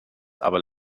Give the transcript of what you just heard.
aber